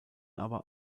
aber